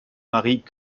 marie